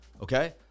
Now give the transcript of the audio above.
okay